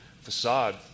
facade